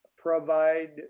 provide